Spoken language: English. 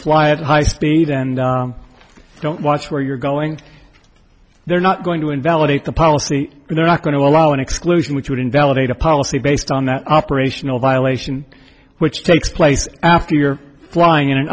wired high speed and don't watch where you're going they're not going to invalidate the policy and they're not going to allow an exclusion which would invalidate a policy based on that operational violation which takes place after you're flying in an